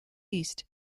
east